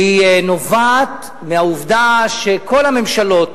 והיא נובעת מהעובדה שכל הממשלות